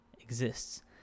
exists